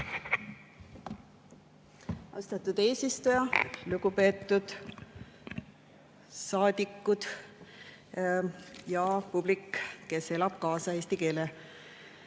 Austatud eesistuja! Lugupeetud saadikud ja publik, kes elab kaasa eesti keele